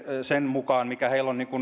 sen mukaan mikä heillä on